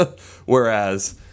Whereas